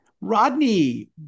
Rodney